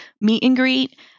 meet-and-greet